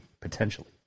Potentially